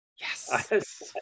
Yes